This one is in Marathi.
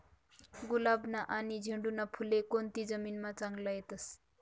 गुलाबना आनी झेंडूना फुले कोनती जमीनमा चांगला येतस?